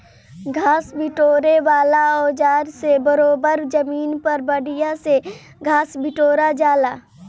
घास बिटोरे वाला औज़ार से बरोबर जमीन पर बढ़िया से घास बिटोरा जाला